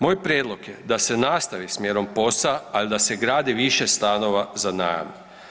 Moj prijedlog je da se nastavi s mjerom POS-a, al da se gradi više stanova za najam.